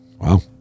wow